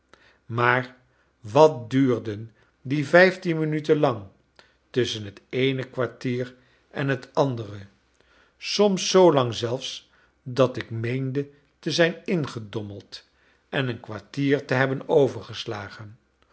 maar wat duurden die vijftien minuten lang tusschen het eene kwartier en het andere soms zoolang zelfs dat ik meende te zijn ingedommeld en een kwartier te hebben overgeslagen